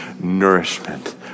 nourishment